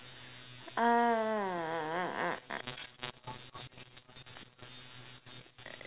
uh